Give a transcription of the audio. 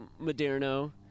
moderno